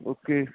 okay